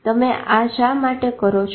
તમે આ શા માટે કરો છો